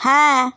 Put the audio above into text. হ্যাঁ